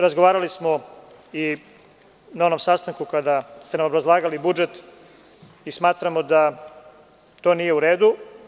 Razgovarali smo i na onom sastanku kada ste obrazlagali budžet i smatramo da to nije u redu.